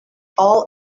all